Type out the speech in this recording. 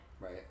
right